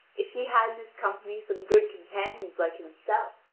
if he had in his company some good companions like himself,